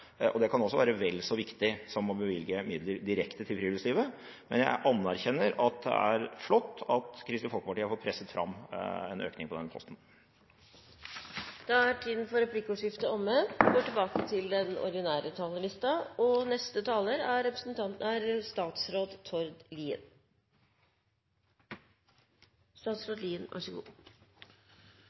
Det kan være vel så viktig som å bevilge midler direkte til friluftslivet. Men jeg anerkjenner at det er flott at Kristelig Folkeparti har fått presset fram en økning på denne posten. Replikkordskiftet er omme. La meg først begynne med å si takk til komiteen for godt arbeid, og ikke minst takk til